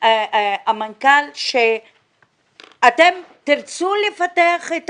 מהמנכ"ל זה שאתם תרצו לפתח את